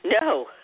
No